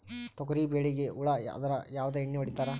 ತೊಗರಿಬೇಳಿಗಿ ಹುಳ ಆದರ ಯಾವದ ಎಣ್ಣಿ ಹೊಡಿತ್ತಾರ?